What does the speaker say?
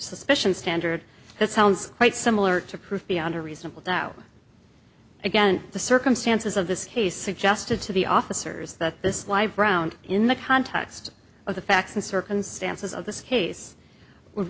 suspicion standard that sounds quite similar to proof beyond a reasonable doubt again the circumstances of this case suggested to the officers that this live round in the context of the facts and circumstances of this case